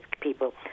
people